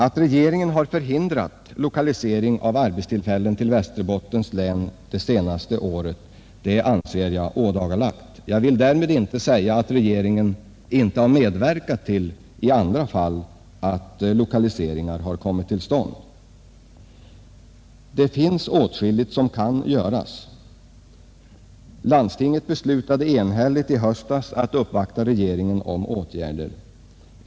Att regeringen har förhindrat lokalisering av arbetstillfällen till Västerbottens län de senaste åren anser jag ådagalagt — jag vill därmed inte säga att regeringen inte i andra fall har medverkat till att lokaliseringar kommit till stånd. Åtskilligt kan göras. Landstinget beslutade i höstas enhälligt att uppvakta regeringen om åtgärder.